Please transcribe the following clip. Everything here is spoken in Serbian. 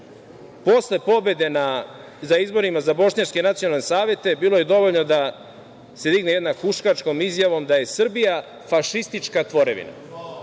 posle pobede na izborima za bošnjačke nacionalne savete, bilo je dovoljno da se digne jednom huškačkom izjavom da je Srbija fašistička tvorevina.